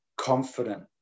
confident